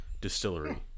Distillery